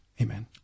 Amen